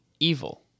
evil